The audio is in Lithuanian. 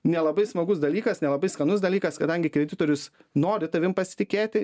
nelabai smagus dalykas nelabai skanus dalykas kadangi kreditorius nori tavim pasitikėti